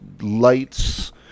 lights